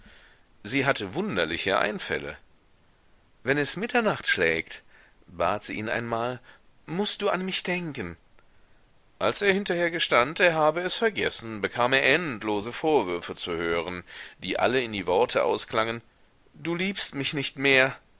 sie hatte wunderliche einfälle wenn es mitternacht schlägt bat sie ihn einmal mußt du an mich denken als er hinterher gestand er habe es vergessen bekam er endlose vorwürfe zu hören die alle in die worte ausklangen du liebst mich nicht mehr